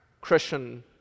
Christian